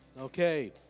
Okay